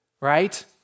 right